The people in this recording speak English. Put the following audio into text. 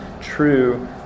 true